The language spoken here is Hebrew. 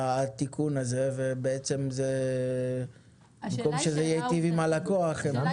התיקון הזה ובמקום שזה יטיב עם הלקוח --- השאלה היא שאלה עובדתית